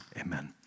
amen